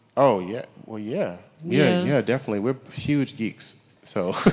oh yeah, well yeah, yeah. yeah. definitely, we're huge geeks so.